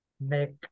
make